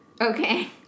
Okay